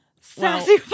sassy